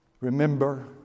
remember